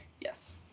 Yes